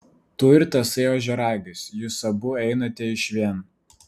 tu ir tasai ožiaragis jūs abu einate išvien